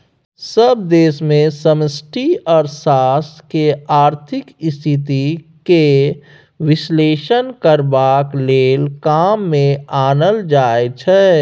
सभ देश मे समष्टि अर्थशास्त्र केँ आर्थिक स्थिति केर बिश्लेषण करबाक लेल काम मे आनल जाइ छै